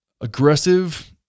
Aggressive